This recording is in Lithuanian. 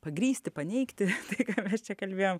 pagrįsti paneigti tai ką mes čia kalbėjom